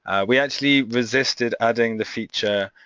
we actually resisted adding the feature,